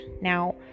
now